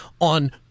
on